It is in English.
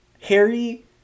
harry